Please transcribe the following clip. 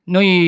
Noi